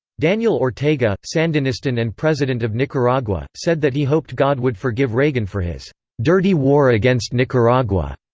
daniel ortega, sandinistan and president of nicaragua, said that he hoped god would forgive reagan for his dirty war against nicaragua.